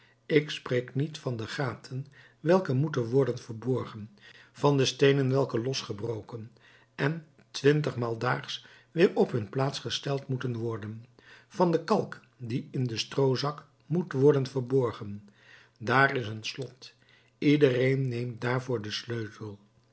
ik spreek niet van de gaten welke moeten worden verborgen van de steenen welke losgebroken en twintigmaal daags weer op hun plaats gesteld moeten worden van den kalk die in den stroozak moet worden verborgen daar is een slot iedereen neemt daarvoor den sleutel